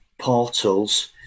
portals